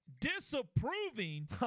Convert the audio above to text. disapproving